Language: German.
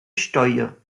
steuer